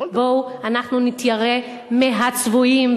בוא אנחנו נתיירא מהצבועים,